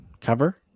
cover